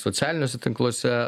socialiniuose tinkluose